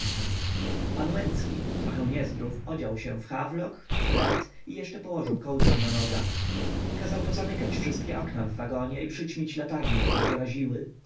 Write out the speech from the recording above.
pan łęcki trochę niezdrów odział się w hawlok w pled i jeszcze położył kołdrę na nogach kazał pozamykać wszystkie okna w wagonie i przyćmić latarnie które go raziły